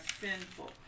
sinful